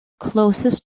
closest